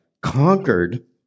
conquered